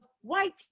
white